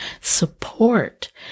support